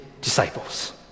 disciples